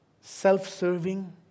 self-serving